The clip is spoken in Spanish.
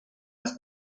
las